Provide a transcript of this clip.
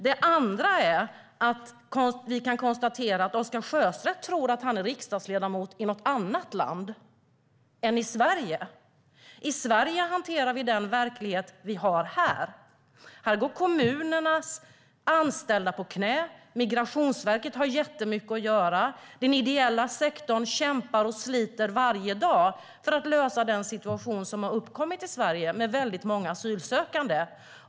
Den andra saken är att vi kan konstatera att Oscar Sjöstedt tror att han är riksdagsledamot i något annat land än Sverige. I Sverige hanterar vi den verklighet vi har här. Här går kommunernas anställda på knäna, Migrationsverket har jättemycket att göra och den ideella sektorn kämpar och sliter varje dag för att lösa den situation som har uppkommit i Sverige med väldigt många asylsökande.